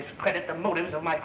discredit the motives of my